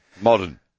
Modern